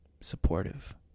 supportive